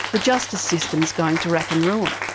the justice system is going to rack and ruin.